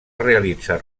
realitzar